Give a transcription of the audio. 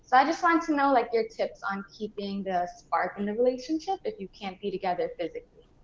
so i just wanted to know, like your tips on keeping the spark in the relationship if you can't be together physically.